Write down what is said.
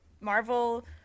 Marvel